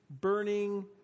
burning